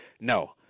No